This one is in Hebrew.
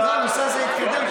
הנושא הזה יתקדם,